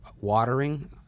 watering